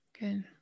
Good